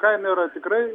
kaina yra tikrai